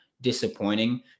disappointing